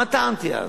מה טענתי אז?